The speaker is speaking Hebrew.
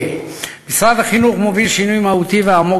משרד החינוך מוביל שינוי מהותי ועמוק